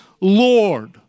Lord